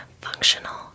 functional